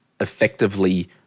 effectively